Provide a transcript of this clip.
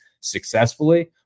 successfully